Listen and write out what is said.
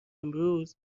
امروز